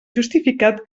justificat